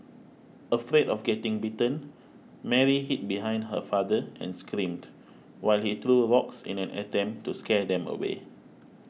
afraid of getting bitten Mary hid behind her father and screamed while he threw rocks in an attempt to scare them away